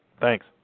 Thanks